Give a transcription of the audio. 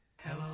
Hello